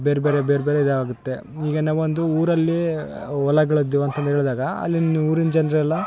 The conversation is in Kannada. ಬೇರೆಬೇರೆ ಬೇರೆಬೇರೆ ಇದಾಗುತ್ತೆ ಈಗ ನಾವೊಂದು ಊರಲ್ಲೀ ಹೊಲಗಳದ್ ಅಂತಂದು ಹೇಳಿದಾಗ ಅಲ್ಲಿನ ಊರಿನ ಜನರೆಲ್ಲ